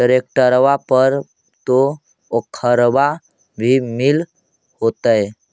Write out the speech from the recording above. ट्रैक्टरबा पर तो ओफ्फरबा भी मिल होतै?